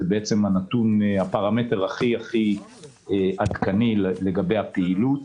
זה הפרמטר הכי עדכני לגבי הפעילות.